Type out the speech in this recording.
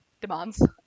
demands